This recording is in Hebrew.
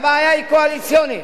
והבעיה היא קואליציונית.